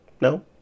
No